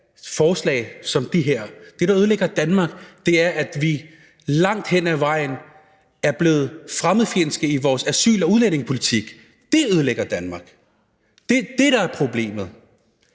forslag som det her. Det, der ødelægger Danmark, er, at vi langt hen ad vejen er blevet fremmedfjendske i vores asyl- og udlændingepolitik. Det ødelægger Danmark. Det er det, der er problemet.